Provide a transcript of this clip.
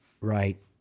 right